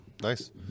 Nice